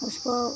उसको